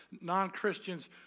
non-Christians